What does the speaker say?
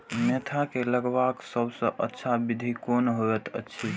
Mentha के लगवाक सबसँ अच्छा विधि कोन होयत अछि?